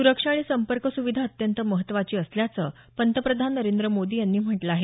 सुरक्षा आणि संपर्क सुविधा अत्यंत महत्त्वाची असल्याचं पंतप्रधान नरेंद्र मोदी यांनी म्हटलं आहे